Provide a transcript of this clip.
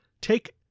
Take